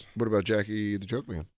what about jackie the joke man?